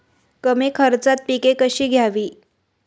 कमी खर्चात पिके कशी घ्यावी?